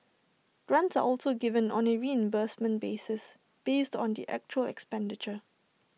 grants are also given on A reimbursement basis based on the actual expenditure